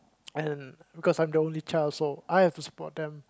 and because I'm the only child so I have to support them